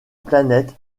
planète